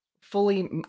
fully